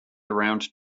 around